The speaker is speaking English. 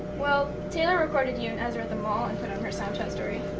well, taylor recorded you and ezra at the mall and put it on her snapchat story.